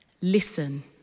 listen